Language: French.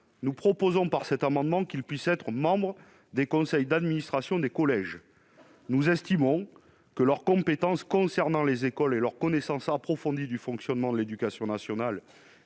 nous proposons qu'ils soient également membres des conseils d'administration des collèges. Nous estimons que leurs compétences concernant les écoles et leur connaissance approfondie du fonctionnement de l'éducation nationale